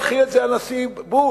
התחיל את זה הנשיא בוש,